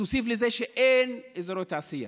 תוסיף לזה שאין אזורי תעשייה.